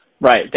Right